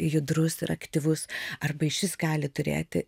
judrus ir aktyvus arba išvis gali turėti